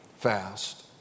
fast